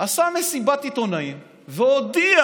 עשה מסיבת עיתונאים והודיע